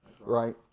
right